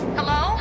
Hello